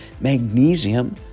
magnesium